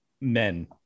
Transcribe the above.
men